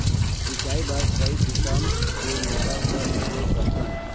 सिंचाई बर कई किसम के मोटर कर उपयोग करथन?